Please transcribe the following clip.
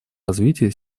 развития